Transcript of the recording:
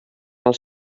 els